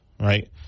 right